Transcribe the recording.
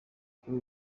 kuri